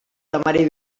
temari